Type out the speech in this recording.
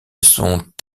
sont